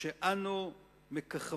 לכך שאנו מככבים